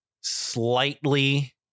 slightly